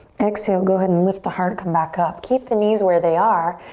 exhale, go ahead and lift the heart, come back up. keep the knees where they are.